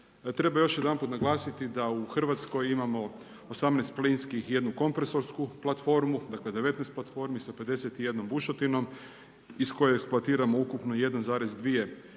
Treba još jedanput naglasiti da u Hrvatskoj imamo 18 plinskih i jednu kompresorsku platformu, dakle 19 platformi sa 51 bušotinom iz koje eksploatiramo ukupno 1,2 milijarde